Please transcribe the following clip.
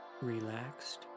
relaxed